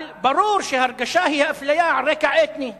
אבל ברור שההרגשה של התלמידים בכיתה ה' היא אפליה על רקע אתני.